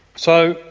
so,